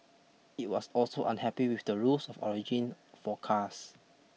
it was also unhappy with the rules of origin for cars